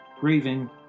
grieving